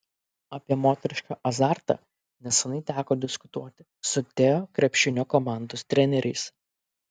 apie moterišką azartą neseniai teko diskutuoti su teo krepšinio komandos treneriais